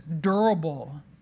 durable